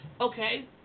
okay